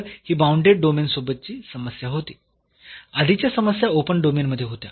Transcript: तर ही bounded domain सोबतची समस्या होती आधीच्या समस्या ओपन डोमेन मध्ये होत्या